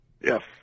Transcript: Yes